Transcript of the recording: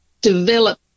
develop